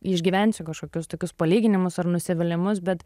išgyvensiu kažkokius tokius palyginimus ar nusivylimus bet